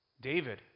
David